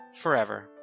forever